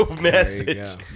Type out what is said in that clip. message